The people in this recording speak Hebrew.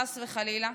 חס וחלילה,